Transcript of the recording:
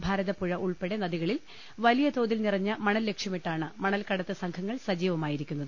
ഭാരതപ്പുഴ ഉൾപ്പെടെ നദികളിൽ വലിയതോതിൽ നിറഞ്ഞ മണൽ ലക്ഷ്യമിട്ടാണ് മണൽകടത്ത് സംഘങ്ങൾ സജീവമായി രിക്കുന്നത്